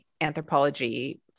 anthropology